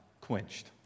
quenched